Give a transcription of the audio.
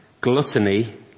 gluttony